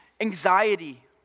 anxiety